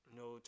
no